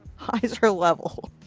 eyes are level.